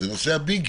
זה נושא הביגים.